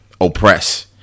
oppress